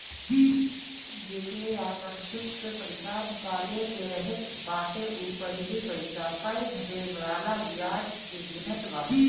जेके आपन फिक्स पईसा निकाले के रहत बाटे उ पहिले पईसा पअ मिले वाला बियाज के गिनत बाटे